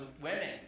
women